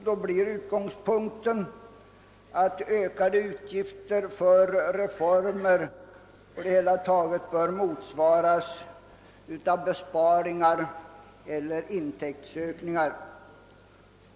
Då blir utgångspunkten att ökade utgifter för reformer på det hela taget bör motsvaras av besparingar eller intäktsökningar.